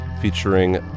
featuring